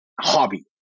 hobby